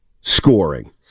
scoring